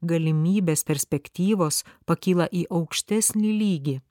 galimybės perspektyvos pakyla į aukštesnį lygį